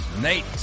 Nate